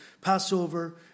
Passover